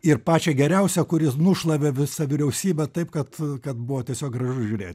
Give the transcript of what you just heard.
ir pačią geriausią kuri nušlavė visą vyriausybę taip kad kad buvo tiesiog gražu žiūrėti